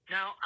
Now